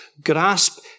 grasp